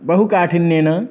बहुकाठिन्येन